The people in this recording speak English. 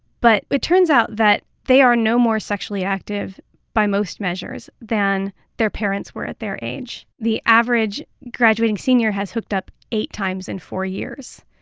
but it turns out that they are no more sexually active by most measures than their parents were at their age. the average graduating senior has hooked up eight times in four years.